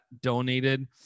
donated